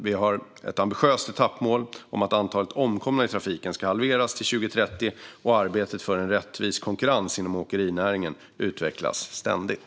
Vi har ett ambitiöst etappmål om att antalet omkomna i trafiken ska halveras till 2030, och arbetet för en rättvis konkurrens inom åkerinäringen utvecklas ständigt.